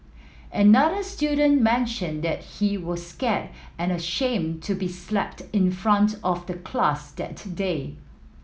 another student mentioned that he was scared and ashamed to be slapped in front of the class that day